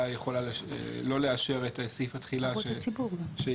יכולה לא לאשר את סעיף התחילה שאישר,